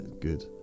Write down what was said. good